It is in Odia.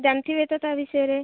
ଜାଣିଥିବେ ତ ତା ବିଷୟରେ